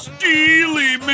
Steely